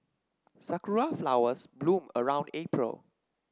Shakur flowers bloom around April